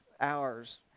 hours